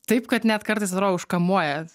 taip kad net kartais atrodo užkamuoja